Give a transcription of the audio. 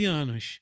anos